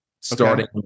starting